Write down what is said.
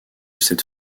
cette